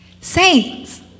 Saints